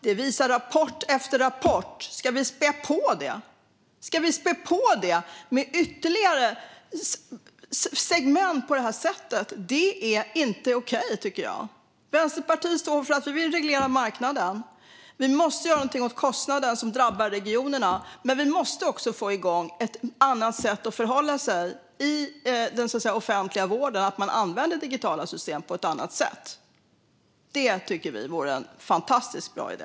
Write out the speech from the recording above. Det visar rapport efter rapport. Ska vi spä på det? Ska vi spä på det med ytterligare segment på det här sättet? Det är inte okej, tycker jag. Vi i Vänsterpartiet står för att vi vill reglera marknaden. Vi måste göra något åt kostnaden som drabbar regionerna, men vi måste också få igång ett annat sätt att förhålla sig i den offentliga vården så att man använder digitala system på ett annat sätt. Det tycker vi är en fantastiskt bra idé.